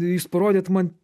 jūs parodėt man